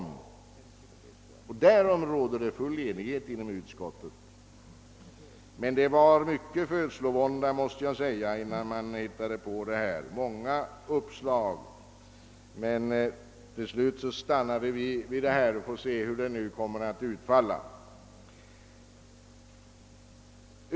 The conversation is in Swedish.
Därom råder full enighet inom utskottet. Men jag måste säga att det rådde födslovåndor innan vi kom fram till detta. Många förslag framkom men till slut stannade vi vid det föreliggande. Vi får se hur det kommer att utfalla.